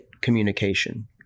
communication